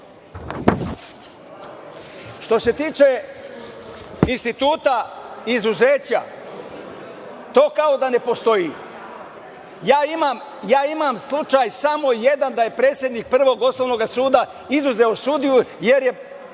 se tiče instituta izuzeća, to kao da ne postoji. Ja imam slučaj samo jedan da je predsednik Prvog osnovnog suda izuzeo sudiju, jer je